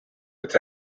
its